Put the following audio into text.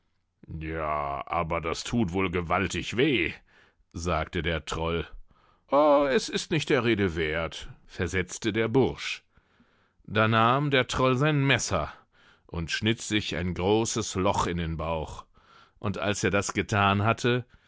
ja aber das thut wohl gewaltig weh sagte der troll o es ist nicht der rede werth versetzte der bursch da nahm der troll sein messer und schnitt sich ein großes loch in den bauch und als er das gethan hatte